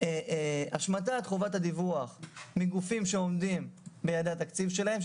השמטת חובת הדיווח מגופים שעומדים ביעדי התקציב שלהם,